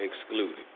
excluded